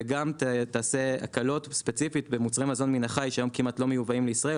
וגם תעשה הקלות ספציפית במוצרי מזון מן החי שהם כמעט לא מיובאים לישראל,